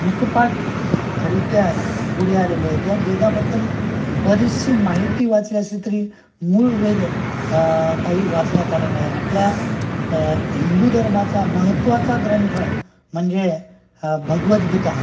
मुकपाठरित्या पुढे आलेलेए या वेदाबद्दल बरीचशी माहिती वाचली अस तरी मूळ वेद काही वाचण्यात आले नाही आपल्या हिंदू धर्माचा महत्त्वाचा ग्रंथ म्हणजे भगवद्गगीता आहे